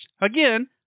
Again